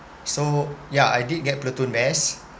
so yeah I did get platoon best